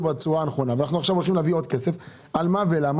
בצורה הנכונה ועכשיו אנחנו הולכים להביא עוד כסף ואני שואל על מה ולמה,